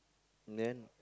then